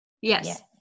Yes